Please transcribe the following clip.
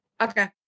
Okay